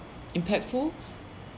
impactful